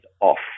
off